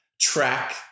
track